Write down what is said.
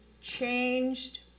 changed